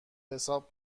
حساب